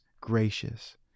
gracious